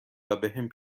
وبهم